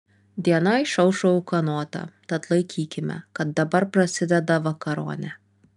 diena išaušo ūkanota tad laikykime kad dabar prasideda vakaronė